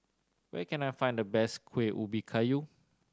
where can I find the best Kueh Ubi Kayu